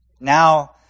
Now